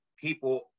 people